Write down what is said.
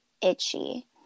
itchy